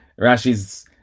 Rashi's